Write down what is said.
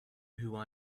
who